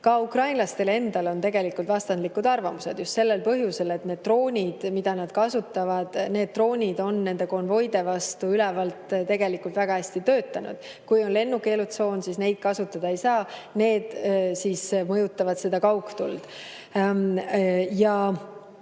Ka ukrainlastel endal on vastandlikud arvamused just sellel põhjusel, et need droonid, mida nad kasutavad, on konvoide vastu ülevalt tegelikult väga hästi töötanud. Kui on lennukeelutsoon, siis neid kasutada ei saa. Need mõjutavad kaugtuld.